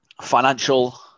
financial